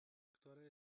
ktoré